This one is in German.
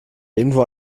irgendwo